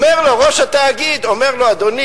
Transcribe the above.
אומר לו ראש התאגיד: אדוני,